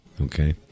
Okay